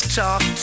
talk